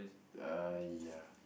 uh ya